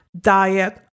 diet